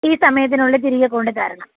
ഈ സമയത്തിനുള്ളിൽ തിരികെ കൊണ്ട് തരണം